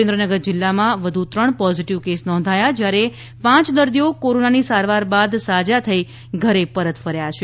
સુરેન્દ્રનગર જિલ્લામાં વધુ ત્રણ પોઝીટીવ કેસ નોંધાયા છે જ્યારે પાંચ દર્દીઓ કોરોનાની સારવાર બાદ સાજા થઇ ઘરે પરત ફર્યા છે